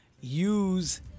use